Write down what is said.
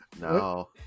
No